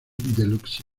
deluxe